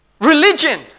Religion